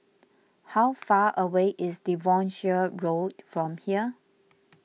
how far away is Devonshire Road from here